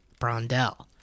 Brondell